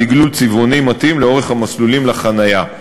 לדגלול צבעוני מתאים לאורך המסלולים לחניה.